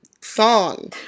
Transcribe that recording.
song